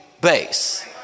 base